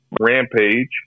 Rampage